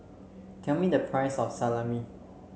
tell me the price of Salami